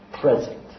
present